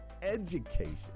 education